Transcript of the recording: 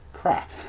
Crap